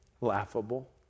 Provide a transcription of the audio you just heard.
laughable